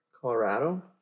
Colorado